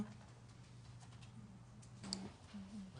בבקשה אני ליה,